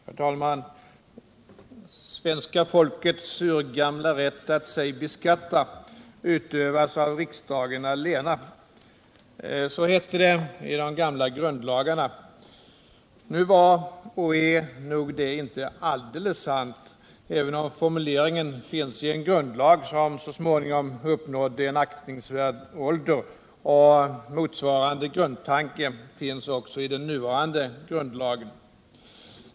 Herr talman! ”Svenska folkets urgamla rätt att sig beskatta utövas av riksdagen allena.” Så hette det i de gamla grundlagarna. Nu var och är nog det inte alldeles sant, även om formuleringen fanns i en grundlag som så småningom uppnådde en aktningsvärd ålder och motsvarande grundtanke också finns i den nuvarande grundlagen.